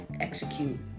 Execute